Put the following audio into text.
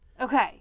Okay